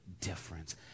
difference